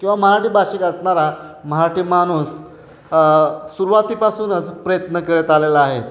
किंवा मराठी भाषिक असणारा मराठी माणूस सुरवातीपासूनच प्रयत्न करत आलेला आहे